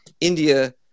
India